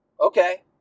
okay